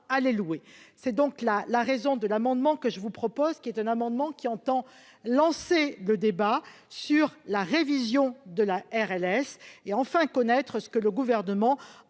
à les louer, c'est donc la la raison de l'amendement que je vous propose, qui est un amendement qui entend lancer le débat sur la révision de la RLS et enfin connaître ce que le gouvernement